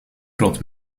groot